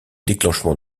déclenchement